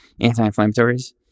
anti-inflammatories